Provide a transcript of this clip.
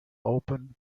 open